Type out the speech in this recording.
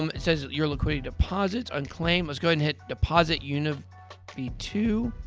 um it says your liquidity deposit, unclaimed. let's go and hit deposit uni v two.